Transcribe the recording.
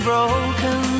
Broken